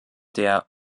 der